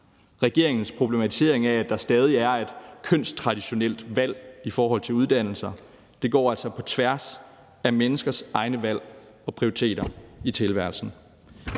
Regeringens problematisering af, at der stadig er et kønstraditionelt valg i forhold til uddannelse, går altså på tværs af menneskers egne valg og prioriteter i tilværelsen.